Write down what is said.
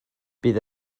bydd